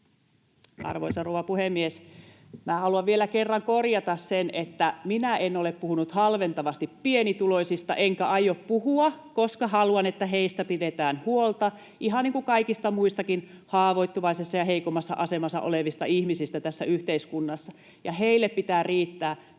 Arvoisa rouva puhemies! Minä haluan vielä kerran korjata sen, että minä en ole puhunut halventavasti pienituloisista enkä aio puhua, koska haluan, että heistä pidetään huolta, ihan niin kuin kaikista muistakin haavoittuvaisessa ja heikommassa asemassa olevista ihmisistä tässä yhteiskunnassa. Heille pitää riittää tämä